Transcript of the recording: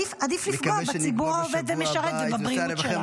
עדיף לפגוע בציבור העובד והמשרת ובבריאות שלנו.